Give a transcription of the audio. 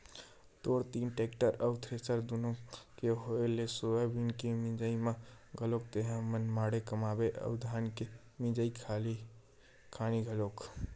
तोर तीर टेक्टर अउ थेरेसर दुनो के होय ले सोयाबीन के मिंजई म घलोक तेंहा मनमाड़े कमाबे अउ धान के मिंजई खानी घलोक